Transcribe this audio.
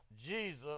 Jesus